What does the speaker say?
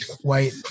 white